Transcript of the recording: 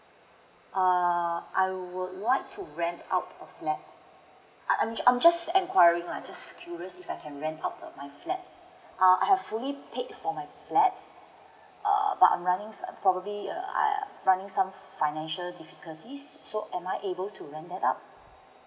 err I would like to rent out a flat I'm I'm just enquiry lah just curious if I can rent out my flat uh I have fully paid for my let uh but I'm running probably err running some financial difficulties so am I able to rent that out